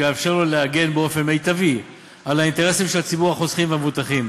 שיאפשר לו להגן באופן מיטבי על האינטרסים של ציבור החוסכים והמבוטחים,